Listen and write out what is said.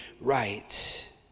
right